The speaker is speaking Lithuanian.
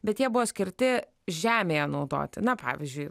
bet jie buvo skirti žemėje naudoti na pavyzdžiui